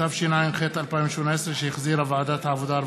בקריאה טרומית ותעבור לוועדת העבודה,